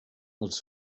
els